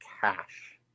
cash